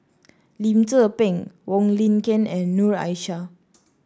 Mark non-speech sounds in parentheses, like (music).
Lim Tze Peng Wong Lin Ken and Noor Aishah (noise)